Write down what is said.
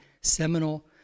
seminal